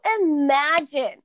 imagine